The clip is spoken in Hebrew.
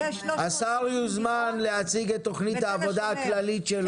השר יוזמן להציג את תוכנית העבודה הכללית שלו,